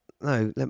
no